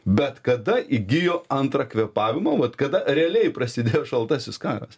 bet kada įgijo antrą kvėpavimą vat kada realiai prasidėjo šaltasis karas